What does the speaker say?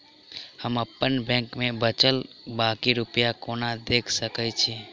हम अप्पन बैंक मे बचल बाकी रुपया केना देख सकय छी?